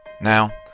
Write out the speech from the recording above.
Now